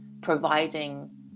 providing